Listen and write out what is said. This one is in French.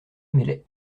meslay